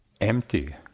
empty